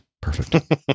perfect